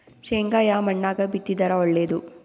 ಶೇಂಗಾ ಯಾ ಮಣ್ಣಾಗ ಬಿತ್ತಿದರ ಒಳ್ಳೇದು?